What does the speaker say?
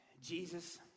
Jesus